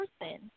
person